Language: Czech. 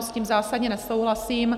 S tím zásadně nesouhlasím.